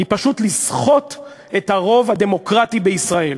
זה פשוט לסחוט את הרוב הדמוקרטי בישראל.